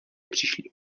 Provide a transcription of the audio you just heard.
přišli